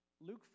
Luke